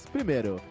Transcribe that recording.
Primeiro